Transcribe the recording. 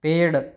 पेड़